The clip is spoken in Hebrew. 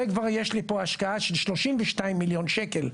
זה כבר יש לי פה השקעה של 32 מיליון שקלים,